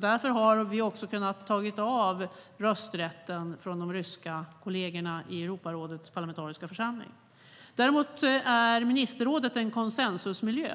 Därför har vi också dragit in rösträtten för de ryska kollegorna i Europarådets parlamentariska församling. Däremot är ministerrådet en konsensusmiljö.